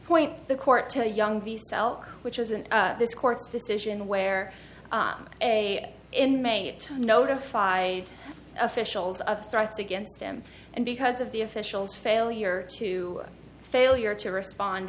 point the court to young the cell which is in this court's decision where a inmate notified officials of threats against him and because of the officials failure to failure to respond